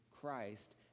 Christ